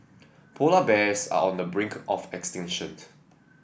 polar bears are on the brink of extinction